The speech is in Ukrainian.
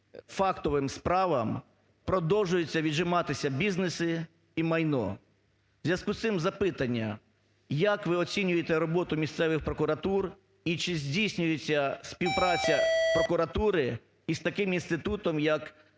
фактовим справам продовжуються віджиматися бізнеси і майно. В зв'язку з цим запитання: як ви оцінюєте роботу місцевих прокуратур і чи здійснюється співпраця прокуратури із таким інститутом як Радою